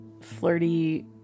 flirty